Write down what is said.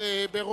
השר